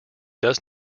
does